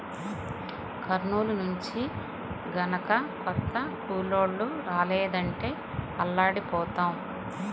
కర్నూలు నుంచి గనక కొత్త కూలోళ్ళు రాలేదంటే అల్లాడిపోతాం